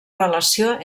relació